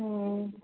ம்